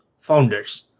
founders